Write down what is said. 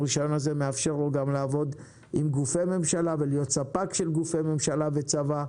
הרישיון מאפשר לו לעבוד עם גופי ממשלה ולהית ספק של גופי ממשלה וצבא,